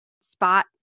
spot